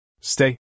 Stay